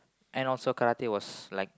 and also karate was like